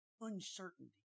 uncertainty